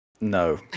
No